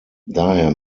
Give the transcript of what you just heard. daher